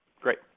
Great